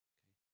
Okay